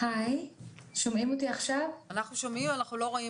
היא הוראת שעה שחלה אך ורק